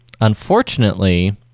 Unfortunately